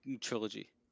trilogy